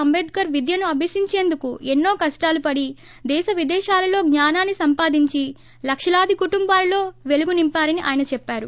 అంటేద్కర్ విద్యను అభ్యసించేందుకు ఎన్నో కష్టాలుపడి దేశ విదేశాలలో జ్ఞానాన్ని సంపాదించి లక్షలాది కుటుంబాలలో పేలుగునింపారని ఆయన చెప్పారు